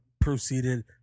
proceeded